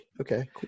Okay